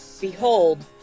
Behold